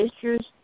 issues